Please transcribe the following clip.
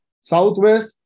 Southwest